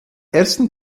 ersten